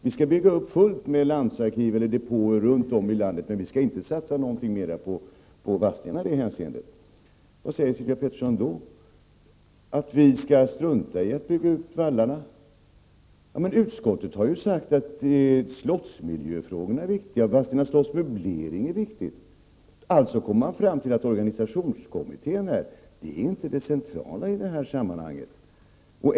Vi skall bygga upp fullt med landsarkiv eller depåer runt om i landet, men vi skall inte satsa något mera på Vadstena i det hänseendet. Säger Sylvia Pettersson då att vi skall strunta i att bygga upp vallarna? Men utskottet har ju sagt att slottsmiljöfrågorna är viktiga, att Vadstena slotts möblering är viktig! Alltså kommer man fram till att organisationskommittén inte är det centrala i detta sammanhang.